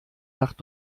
nacht